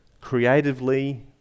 creatively